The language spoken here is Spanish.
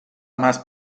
más